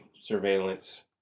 surveillance